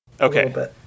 Okay